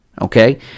okay